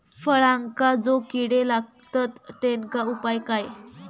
फळांका जो किडे लागतत तेनका उपाय काय?